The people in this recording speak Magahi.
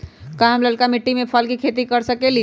का हम लालका मिट्टी में फल के खेती कर सकेली?